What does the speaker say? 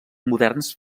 moderns